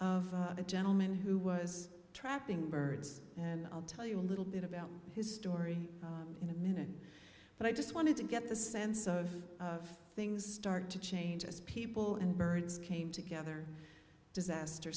of a gentleman who was trapping birds and i'll tell you a little bit about his story in a minute but i just wanted to get the sense of of things start to change as people and birds came together disaster